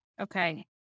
Okay